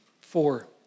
Four